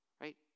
Right